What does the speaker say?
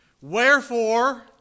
Wherefore